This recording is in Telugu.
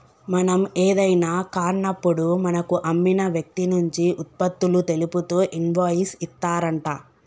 మనం ఏదైనా కాన్నప్పుడు మనకు అమ్మిన వ్యక్తి నుంచి ఉత్పత్తులు తెలుపుతూ ఇన్వాయిస్ ఇత్తారంట